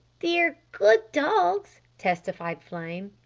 they're. good dogs, testified flame.